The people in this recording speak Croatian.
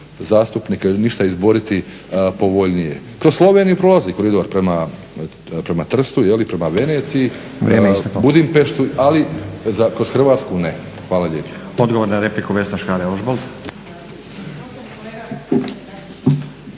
zastupnika ništa izboriti povoljnije. Kroz Sloveniju prolazi koridor prema Trstu prema Veneciji, Budimpeštu ali kroz Hrvatsku ne. Hvala lijepo.